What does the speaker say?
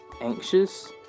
anxious